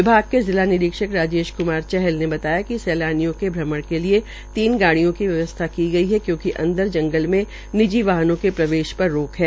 विभाग के जिला निरीक्षक राजेश कुमार चहल ने बताया कि सैलानियों के भ्रमण के लिये तीन गाड़ियां की व्यवस्था की गई है क्योंकि अंदर जंगल में निजी वाहनों के प्रवेश पर रोक है